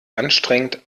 anstrengend